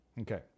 okay